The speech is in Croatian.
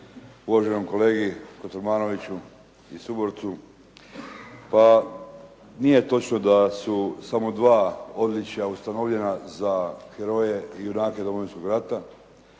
uvaženom kolegi Kotromanoviću i suborcu. Pa nije točno da su samo dva odličja ustanovljena za heroje i junake Domovinskog rata.